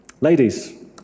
Ladies